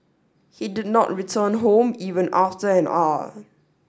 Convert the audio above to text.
he did not return home even after an hour